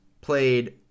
played